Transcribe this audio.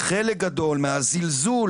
חלק גדול מהזלזול